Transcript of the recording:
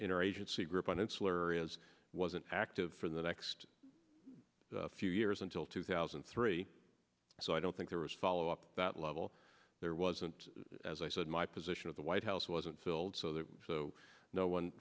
inner agency group on insular is was an active for the next few years until two thousand and three so i don't think there was follow up that level there wasn't as i said my position of the white house wasn't filled so the so no one